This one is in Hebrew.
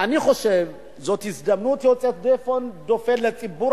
אני חושב שזאת הזדמנות יוצאת דופן לציבור